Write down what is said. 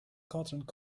continent